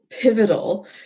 Pivotal